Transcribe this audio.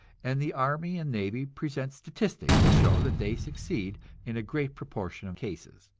and the army and navy present statistics to show that they succeed in a great proportion of cases.